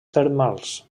termals